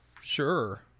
Sure